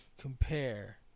compare